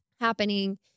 happening